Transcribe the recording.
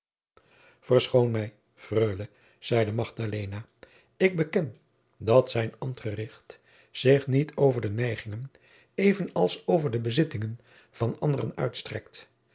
verschoon mij freule zeide magdalena ik beken dat zijn ambtgericht zich niet over de neigingen even als over de bezittingen van anderen uitstrekt